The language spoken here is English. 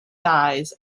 dies